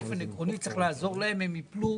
באופן עקרוני צריך לעזור להם, בתי האבות יפלו